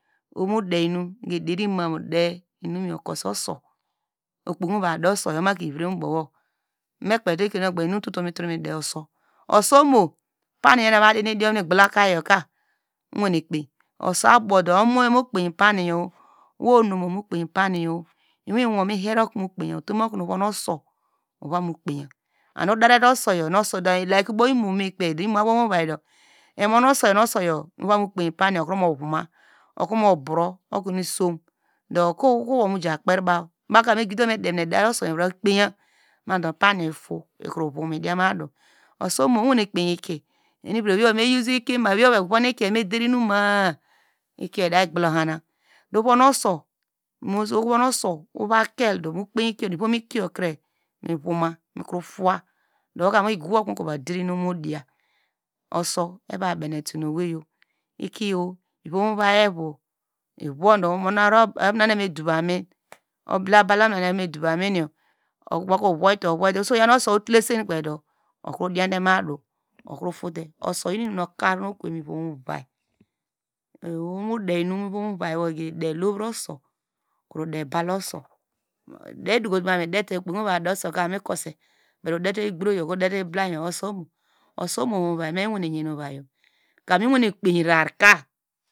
Oho mudeinum do derimumu de inum yor kose uso, okpoki muva de uso omaki vre mubowo, me kpetubo inum mitutu mi de uso uso omo, pani yor nu ava dinu idiom nu igblakayoka uwane kpei, uso abodo omo mu kpi pamyor wo unu mu kpi paniyor iwin wo mu hera okonu mu kpeya, utumu okonu ovonu oso ovamu kpiya kamu odarete usoy kamu imo me, imo abomu vai do emun uso yor nu ovamu kpeyi pani okro mu voma okromu bro, doko wo mija kperibaw bawka me gidi okuno me demine dare uso yor madu paniyor ito ikro vom idian madu uso omo owene kpi iki ewevo me usio, ikima ikiyo idaglahana, ovon uso ova keldu ivom ikiyor kra mivoma mikro towa da woka migowo okonu movaderinu mudiya uso eva benetunu owei yor ikiyor ivom ovai ovu ivondu momon omina evomidov amin, ubalaba omina nu evome doviamin yor yaw uso tuksen kpedo okro diandi madu okro fota, uso oyinu nuka okoye mivom uwal, ohomu deinu mivom ovai wo gege o de luura uso, krode bula uso, edoko tumumu odite okpokimiva de usoka miyan do udete igboroyor, iblayor uso omo, uso omo muovuvai me miwan.